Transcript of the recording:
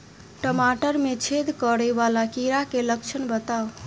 टमाटर मे छेद करै वला कीड़ा केँ लक्षण बताउ?